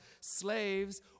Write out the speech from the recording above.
slaves